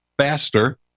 faster